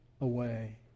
away